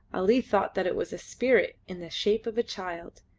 ali thought that it was a spirit in the shape of a child.